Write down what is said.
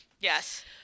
Yes